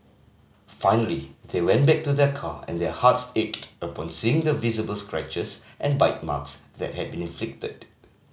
finally they went back to their car and their hearts ached upon seeing the visible scratches and bite marks that had been inflicted